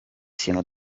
siano